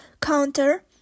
counter